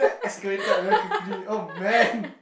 escalated very quickly oh man